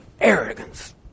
arrogance